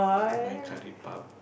buy curry puff